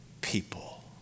people